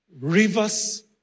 rivers